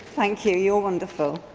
thank you, you're wonderful.